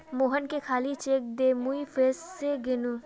मोहनके खाली चेक दे मुई फसे गेनू